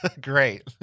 Great